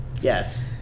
Yes